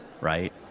right